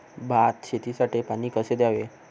भात शेतीसाठी पाणी कसे द्यावे?